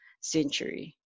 century